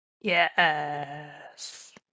Yes